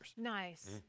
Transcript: Nice